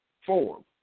form